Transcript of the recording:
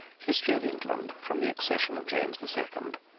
history of england from the accession of james the second